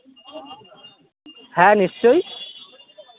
হ্যাঁ নিশ্চয়ই